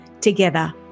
Together